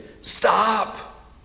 Stop